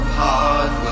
hard